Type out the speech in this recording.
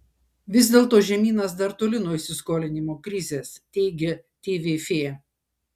vis dėlto žemynas dar toli nuo įsiskolinimo krizės teigia tvf